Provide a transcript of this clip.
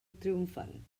triomfant